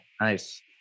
Nice